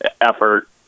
effort